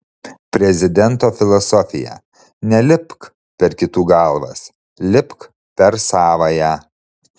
prezidento filosofija nelipk per kitų galvas lipk per savąją